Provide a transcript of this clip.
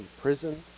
prison